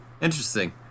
interesting